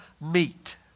meet